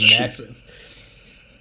massive